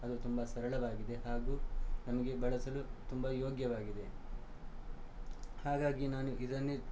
ಅದು ತುಂಬ ಸರಳವಾಗಿದೆ ಹಾಗೂ ನಮಗೆ ಬಳಸಲು ತುಂಬ ಯೋಗ್ಯವಾಗಿದೆ ಹಾಗಾಗಿ ನಾನು ಇದನ್ನೇ